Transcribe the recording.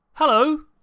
Hello